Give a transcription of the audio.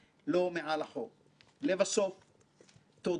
שגם להם חלק משמעותי בהצלחת הוועדה.